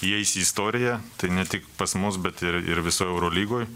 įeis į istoriją tai ne tik pas mus bet ir ir visoj eurolygoj